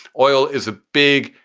oil is a big,